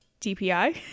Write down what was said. DPI